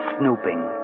snooping